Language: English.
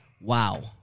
Wow